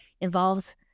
involves